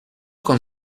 con